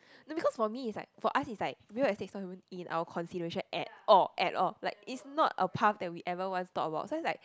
no because for me is like for us is like real estate is not even in our consideration at all at all like is not a path that we ever want to talk about so is like